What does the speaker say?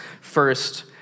first